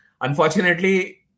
Unfortunately